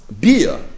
beer